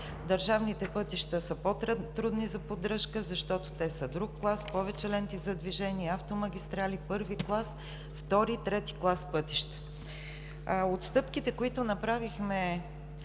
Държавните пътища са по-трудни за поддръжка, защото те са друг клас, имат повече ленти за движение, автомагистрали, първи, втори и трети клас пътища. Отстъпките, които направихме